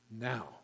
now